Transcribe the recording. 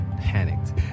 panicked